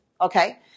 Okay